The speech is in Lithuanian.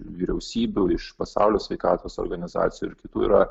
vyriausybių iš pasaulio sveikatos organizacijų ir kitų yra